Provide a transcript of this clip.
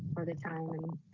or the time